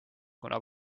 kuna